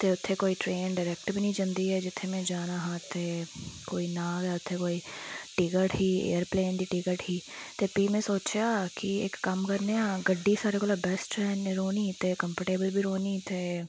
ते उत्थें कोई ट्रेन डरैक्ट बी निं जंदी ऐ जित्थें में जाना हा ते इत्थें कोई ना गै उत्थें कोई टिकट ही एयरप्लेन दी टिकट ही ते भी में सोचेआ की इक्क कम्म करने आं ते गड्डी सारें कोला बेस्ट रौह्नी ते कंर्फ्टेबल बी रौहनी ते